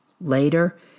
Later